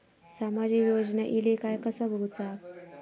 सामाजिक योजना इले काय कसा बघुचा?